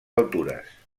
altures